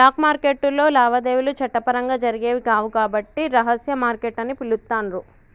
black మార్కెట్టులో లావాదేవీలు చట్టపరంగా జరిగేవి కావు కాబట్టి రహస్య మార్కెట్ అని పిలుత్తాండ్రు